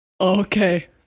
Okay